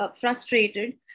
frustrated